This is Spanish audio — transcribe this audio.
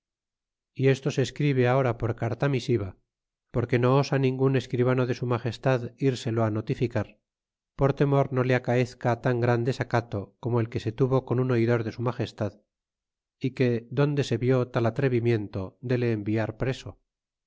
y esto se escribe su cargo y no al ahora por carta misiva porque no osa ningun escribano de su magestad irselo notificar por temor no le acaezca tan gran desacato corno el que se tuvo con un oidor de su relagestad y que donde se vió tal atrevimiento de le enviar preso